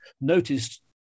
noticed